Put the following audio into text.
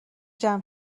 جمع